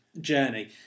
journey